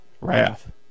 Wrath